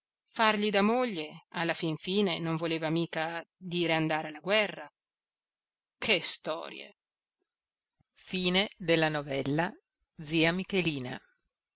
fargli da moglie alla fin fine non voleva mica dire andare alla guerra che storie